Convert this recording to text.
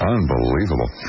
Unbelievable